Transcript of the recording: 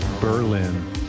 Berlin